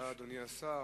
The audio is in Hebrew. תודה, אדוני השר.